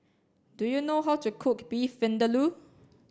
do you know how to cook Beef Vindaloo